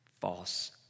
false